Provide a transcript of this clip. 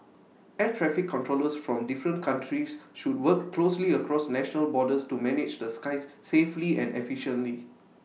air traffic controllers from different countries should work closely across national borders to manage the skies safely and efficiently